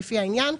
לפי העניין,